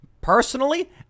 Personally